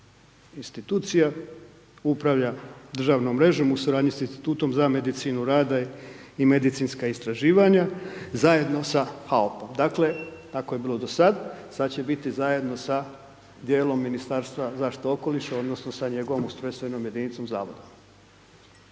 institucije, upravlja državnom mrežom u suradnji s Institutom za medicinu rada i medicinska istraživanja zajedno sa HAUP-om. Dakle ako je bilo do sada sada će biti zajedno sa dijelom Ministarstva zaštite okoliša, odnosno, sa njegovom ustrojstvenom jedinicom zavodom.